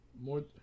more